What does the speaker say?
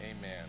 amen